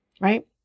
Right